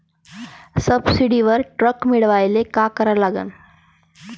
सबसिडीवर ट्रॅक्टर मिळवायले का करा लागन?